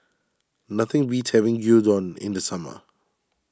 nothing beats having Gyudon in the summer